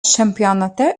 čempionate